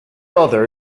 other